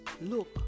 look